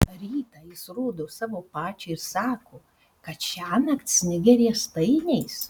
rytą jis rodo savo pačiai ir sako kad šiąnakt snigę riestainiais